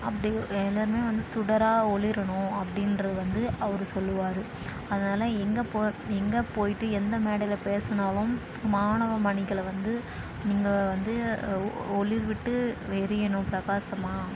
அப்படி எல்லோருமே வந்து சுடராக ஒளிரணும் அப்படின்றது வந்து அவர் சொல்லுவார் அதனால் எங்கே போ எங்கே போய்ட்டு எந்த மேடையில் பேசினாலும் மாணவ மணிகளை வந்து நீங்கள் வந்து ஒளிர் விட்டு எரியணும் பிரகாசமாக